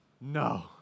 No